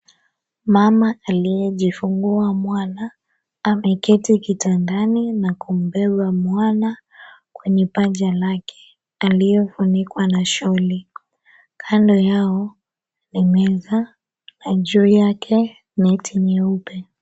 Mama aliyejifungua mwana ameketi kitandani na kumbeba mwana kwenye paja lake aliyefunikwa na sholi, Kando Yao ni meza na juu yake neti nyeupe.